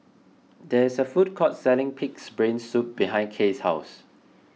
there is a food court selling Pig's Brain Soup behind Kay's house